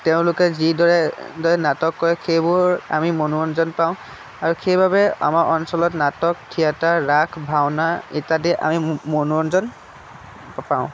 তেওঁলোকে যিদৰে নাটক কৰে সেইবোৰ আমি মনোৰঞ্জন পাওঁ আৰু সেইবাবে আমাৰ অঞ্চলত নাটক থিয়েটাৰ ৰাস ভাওনা ইত্যাদি আমি ম মনোৰঞ্জন পাওঁ